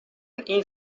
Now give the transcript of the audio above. این